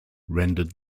rendered